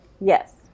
Yes